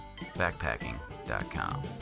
backpacking.com